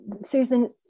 Susan